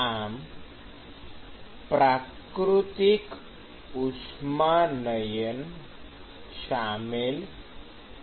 આમ પ્રાકૃતિક ઉષ્માનયન શામેલ છે